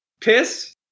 Piss